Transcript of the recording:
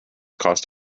cost